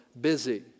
busy